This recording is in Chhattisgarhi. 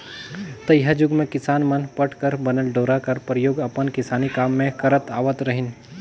तइहा जुग मे किसान मन पट कर बनल डोरा कर परियोग अपन किसानी काम मे करत आवत रहिन